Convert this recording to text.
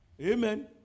Amen